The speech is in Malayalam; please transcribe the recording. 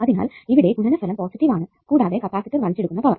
അതിനാൽ ഇവിടെ ഗുണനഫലം പോസിറ്റീവ് ആണ് കൂടാതെ കപ്പാസിറ്റർ വലിച്ചെടുക്കുന്ന പവർ